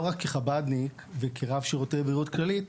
לא רק כחב"דניק וכרב שירותי בריאות כללית,